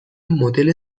مدل